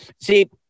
see